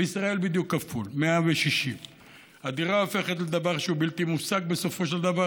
בישראל בדיוק כפול: 160. דירה הופכת לדבר שהוא בלתי מושג בסופו של דבר,